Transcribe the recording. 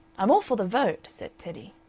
i'm all for the vote, said teddy.